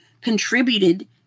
contributed